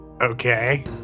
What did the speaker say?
Okay